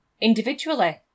Individually